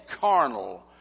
carnal